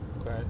Okay